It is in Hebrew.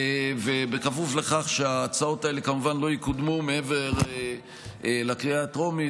זה בכפוף לכך שההצעות האלה כמובן לא יקודמו מעבר לקריאה הטרומית.